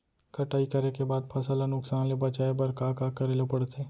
कटाई करे के बाद फसल ल नुकसान ले बचाये बर का का करे ल पड़थे?